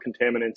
contaminants